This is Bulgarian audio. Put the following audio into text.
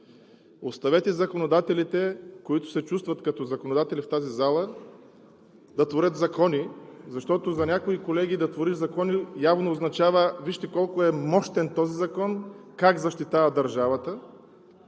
Оставете законодателите, които се чувстват като законодатели в тази зала, да творят закони, защото за някои колеги да твориш закони явно означава: вижте колко е мощен този закон, как защитава държавата.